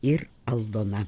ir aldona